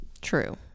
True